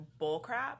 bullcrap